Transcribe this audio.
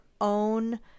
own